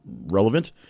relevant